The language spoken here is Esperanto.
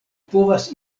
povas